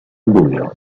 buio